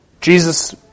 Jesus